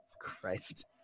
Christ